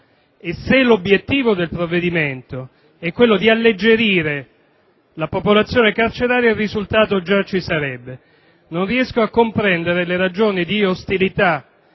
e se l'obiettivo del provvedimento fosse quello di alleggerire la popolazione carceraria, il risultato già si otterrebbe. Non riesco a comprendere le ragioni di ostilità